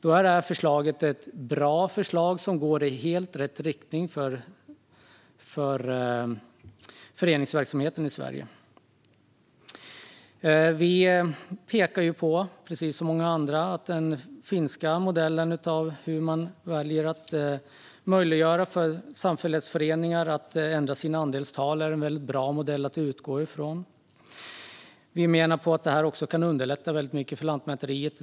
Det här är ett bra förslag som går i helt rätt riktning för föreningsverksamheten i Sverige. Precis som många andra pekar vi på att den finska modellen, som möjliggör för samfällighetsföreningar att ändra sina andelstal, är en väldigt bra modell att utgå ifrån. Vi menar att den skulle underlätta väldigt mycket för Lantmäteriet.